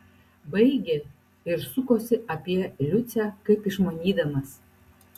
baigė ir sukosi apie liucę kaip išmanydamas